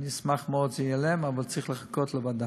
אני אשמח מאוד שזה ייעלם, אבל צריך לחכות לוועדה.